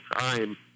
time